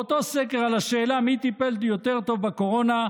באותו סקר, על השאלה מי טיפל יותר טוב בקורונה,